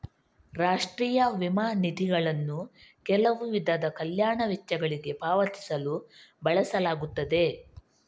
ರಾಷ್ಟ್ರೀಯ ವಿಮಾ ನಿಧಿಗಳನ್ನು ಕೆಲವು ವಿಧದ ಕಲ್ಯಾಣ ವೆಚ್ಚಗಳಿಗೆ ಪಾವತಿಸಲು ಬಳಸಲಾಗುತ್ತದೆ